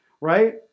right